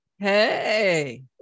Hey